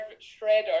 Shredder